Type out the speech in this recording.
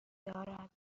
دارد